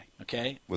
okay